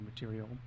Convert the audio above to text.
material